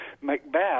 Macbeth